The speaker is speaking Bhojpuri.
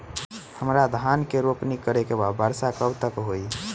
हमरा धान के रोपनी करे के बा वर्षा कब तक होई?